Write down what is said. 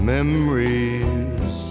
Memories